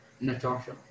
Natasha